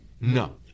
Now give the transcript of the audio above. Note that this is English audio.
no